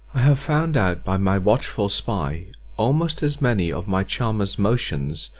have found out by my watchful spy almost as many of my charmer's motions,